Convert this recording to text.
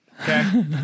Okay